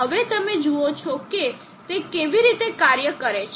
હવે તમે જુઓ છો કે તે કેવી રીતે કાર્ય કરે છે